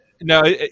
no